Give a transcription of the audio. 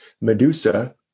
Medusa